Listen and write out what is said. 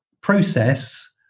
process